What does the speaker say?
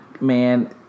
man